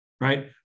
right